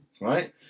Right